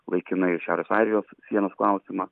laikinai šiaurės airijos sienos klausimą